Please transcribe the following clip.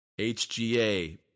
HGA